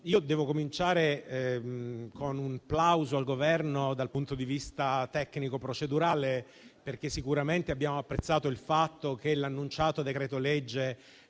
Devo cominciare con un plauso al Governo dal punto di vista tecnico- procedurale, perché sicuramente abbiamo apprezzato il fatto che l'annunciato decreto-legge